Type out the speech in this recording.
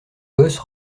gosse